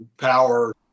power